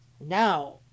now